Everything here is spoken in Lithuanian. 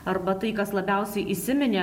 arba tai kas labiausiai įsiminė